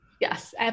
Yes